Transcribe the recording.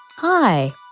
Hi